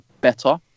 better